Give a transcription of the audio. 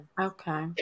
okay